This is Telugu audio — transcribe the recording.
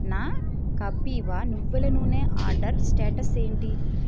నా కపీవ నువ్వుల నూనె ఆర్డర్ స్టేటస్ ఏంటి